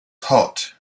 hot